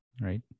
right